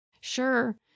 Sure